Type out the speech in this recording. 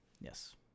yes